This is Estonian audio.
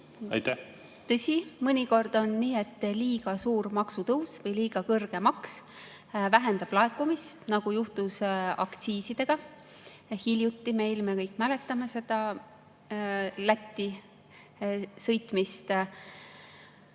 Tõsi, mõnikord on nii, et liiga suur maksutõus või liiga kõrge maks vähendab laekumist, nagu juhtus hiljuti meil aktsiisidega, me kõik mäletame seda Lätti sõitmist.